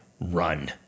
Run